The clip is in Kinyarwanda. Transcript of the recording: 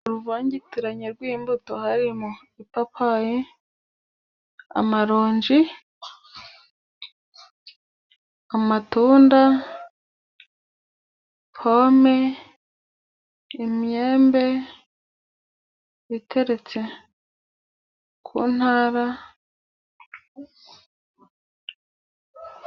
Uruvangitirane rw'imbuto， harimo ipapayi， amaronji，amatunda， pome， imyembe iteretse ku ntara.